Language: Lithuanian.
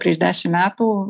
prieš dešim metų